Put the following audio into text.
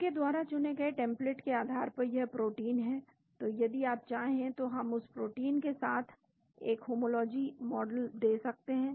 आपके द्वारा चुने गए टेम्प्लेट के आधार पर यह प्रोटीन है तो यदि आप चाहें तो हम उस प्रोटीन के साथ एक होमोलॉजी मॉडल दे सकते हैं